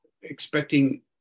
expecting